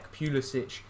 Pulisic